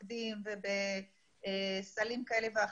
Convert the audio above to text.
חלק מהדיון זה להתיר סבכים בירוקרטיים,